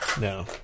no